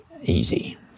easy